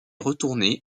retourné